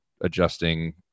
adjusting